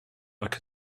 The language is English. could